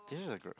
dishes are gross